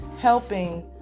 helping